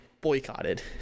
boycotted